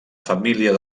família